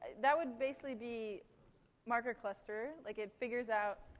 that would basically be marker cluster, like, it figures out